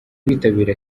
bitabira